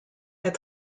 est